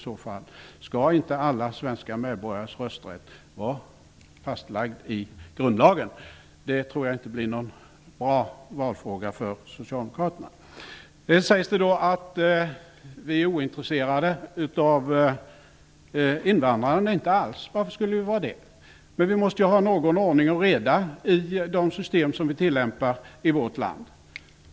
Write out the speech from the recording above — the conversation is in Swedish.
Skall inte alla svenska medborgares rösträtt vara fastlagd i grundlagen? Jag tror inte att det här blir en bra valfråga för Det sägs att vi är ointresserade av invandrare. Nej, så är det inte alls. Varför skulle vi vara ointresserade av dem? Vi måste ju ha någon ordning och reda när det gäller de system som tillämpas i vårt land.